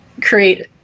create